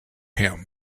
him